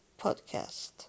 podcast